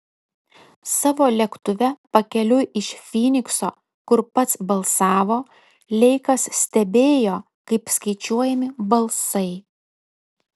savo lėktuve pakeliui iš fynikso kur pats balsavo leikas stebėjo kaip skaičiuojami balsai